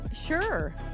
Sure